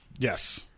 Yes